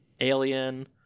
alien